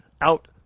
out